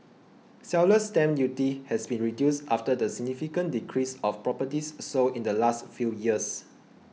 seller's stamp duty has been reduced after the significant decrease of properties sold in the last few years